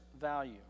value